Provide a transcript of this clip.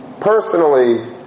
personally